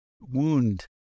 wound